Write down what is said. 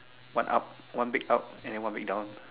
one up one big up and then one big down